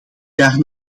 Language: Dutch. jaar